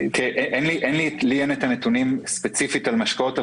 אין לי נתונים ספציפית על משקאות.